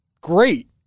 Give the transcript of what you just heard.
great